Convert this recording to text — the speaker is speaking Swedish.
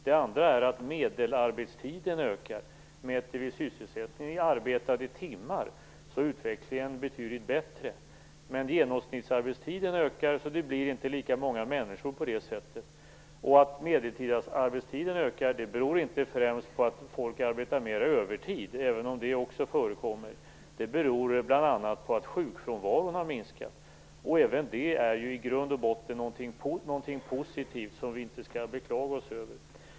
Ett annat skäl är att medelarbetstiden ökar. Mäter vi sysselsättningen i arbetade timmar är utvecklingen betydligt bättre, men eftersom genomsnittsarbetstiden ökar blir det inte lika många människor som arbetar. Det här beror inte främst på att folk arbetar mer övertid, även om det också förekommer, utan bl.a. på att sjukfrånvaron har minskat. Även det är ju i grund och botten något positivt som vi inte skall beklaga oss över.